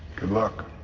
good luck.